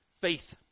faith